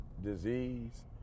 disease